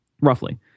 roughly